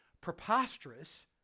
preposterous